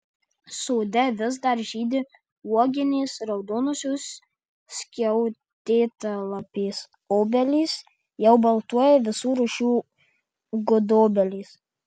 sode vis dar žydi uoginės raudonosios skiautėtalapės obelys jau baltuoja visų rūšių gudobelės